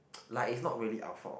like it's not really our fault